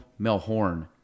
Melhorn